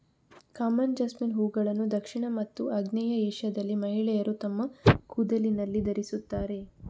common jasmine ಹೂವುಗಳನ್ನು ದಕ್ಷಿಣ ಮತ್ತು ಆಗ್ನೇಯ ಏಷ್ಯಾದಲ್ಲಿ ಮಹಿಳೆಯರು ತಮ್ಮ ಕೂದಲಿನಲ್ಲಿ ಧರಿಸುತ್ತಾರೆ